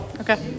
okay